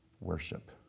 worship